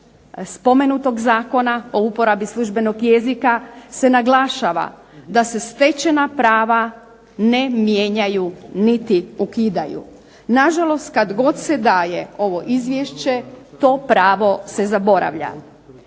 spomenutog Zakona o uporabi službenog jezika se naglašava da se stečena prava ne mijenjaju niti ukidaju. Na žalost kada god se daje to Izvješće to pravo se zaboravlja.